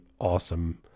awesome